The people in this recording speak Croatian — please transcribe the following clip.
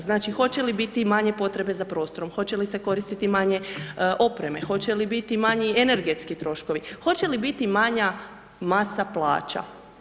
Znači, hoće li biti manje potrebe za prostorom, hoće li se koristiti manje opreme, hoće li biti manji energetski troškovi, hoće li biti manja masa plaća.